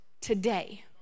today